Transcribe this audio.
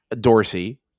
Dorsey